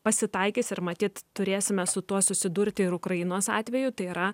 pasitaikys ir matyt turėsime su tuo susidurti ir ukrainos atveju tai yra